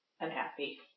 unhappy